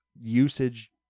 usage